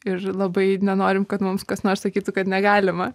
ir labai nenorim kad mums kas nors sakytų kad negalima